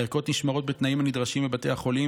הערכות נשמרות בתנאים הנדרשים בבתי החולים.